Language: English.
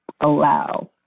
allow